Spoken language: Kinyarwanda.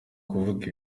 kuvuga